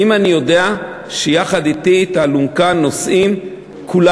אם אני יודע שיחד אתי את האלונקה נושאים כולם,